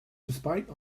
despite